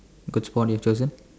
good sport you have chosen